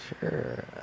Sure